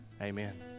amen